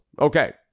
okay